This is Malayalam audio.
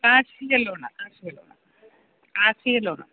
കാർഷിക ലോണാണ് കാർഷിക ലോണാണ് കാർഷിക ലോണാണ്